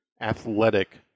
athletic